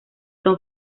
son